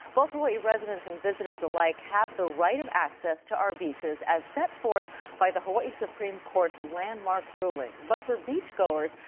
both hawai'i resident and visitors alike have the right of access to our beaches as set forth by the hawai'i supreme court landmark ruling. but for beach goers,